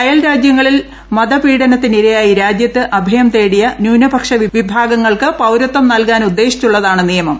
അയൽ രാജ്യങ്ങളിൽ മതപീഡനത്തിനിരയായി രാജ്യത്ത് അഭയം തേടിയ ന്യൂനപക്ഷ വിഭാഗങ്ങൾക്ക് പൌരത്വം നൽകാർന്യുദ്ദേശിച്ചുള്ളതാണ് നിയമം